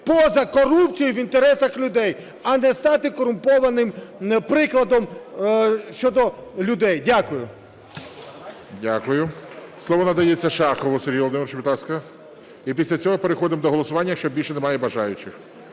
поза корупцією і в інтересах людей, а не стати корумпованим прикладом щодо людей. Дякую. ГОЛОВУЮЧИЙ. Дякую. Слово надається Шахову Сергію Володимировичу, будь ласка. І після цього переходимо до голосування, якщо більше немає бажаючих.